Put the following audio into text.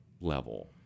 level